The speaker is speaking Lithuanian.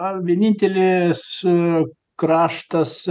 ar vienintelė su kraštas